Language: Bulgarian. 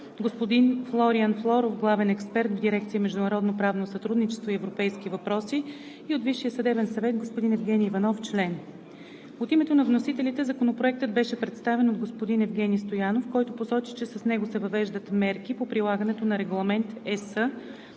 господин Флориан Флоров – главен експерт в дирекция „Международно правно сътрудничество и европейски въпроси“, и от Висшия съдебен съвет господин Евгени Иванов – член. От името на вносителите Законопроектът беше представен от господин Евгени Стоянов, който посочи, че с него се въвеждат мерки по прилагането на Регламент (ЕС)